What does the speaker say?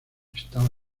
estaba